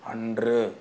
அன்று